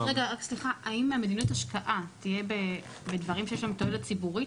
האם מדיניות ההשקעה תהיה בדברים שתהיה להם תועלת ציבורית?